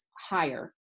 higher